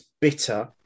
bitter